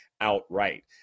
outright